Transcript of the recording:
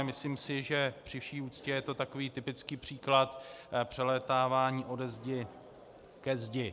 Myslím si, že při vši úctě je to takový typický příklad přelétávání ode zdi ke zdi.